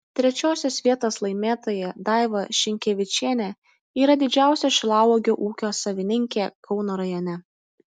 trečiosios vietos laimėtoja daiva šinkevičienė yra didžiausio šilauogių ūkio savininkė kauno rajone